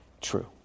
true